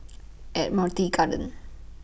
Admiralty Garden